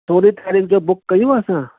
सोरहीं तारीख़ जो बुक कयूं असां